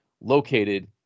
located